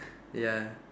ya